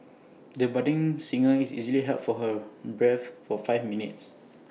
the budding singer easily held her breath for five minutes